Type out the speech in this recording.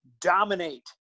dominate